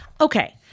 Okay